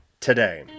today